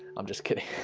i'm just kidding.